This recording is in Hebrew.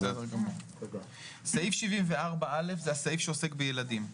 בסדר גמור, סעיף 74א זה הסעיף שעוסק בילדים.